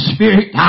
Spirit